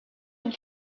une